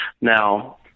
now